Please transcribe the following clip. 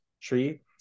tree